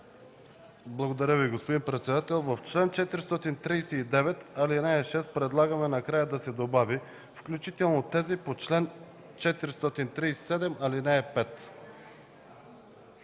Благодаря Ви, господин председател. В чл. 439, ал. 6 предлагаме накрая да се добави „включително на тези по чл. 437, ал. 5”.